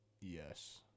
Yes